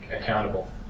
accountable